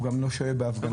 הוא גם לא שוהה בהפגנה,